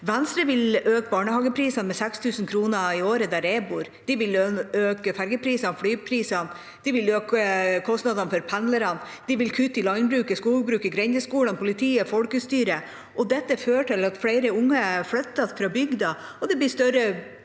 Venstre vil øke barnehageprisene med 6 000 kr i året der jeg bor. De vil øke ferjeprisene og flyprisene. De vil øke kostnadene for pendlerne. De vil kutte i landbruket, skogbruket, grendeskolene, politiet og folkestyret. Dette fører til at flere unge flytter fra bygda, og det blir større